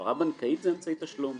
העברה בנקאית זה אמצעי תשלום.